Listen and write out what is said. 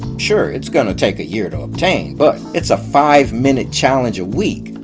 sure, it's gonna take a year to obtain, but it's a five minute challenge a week,